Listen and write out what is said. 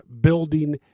building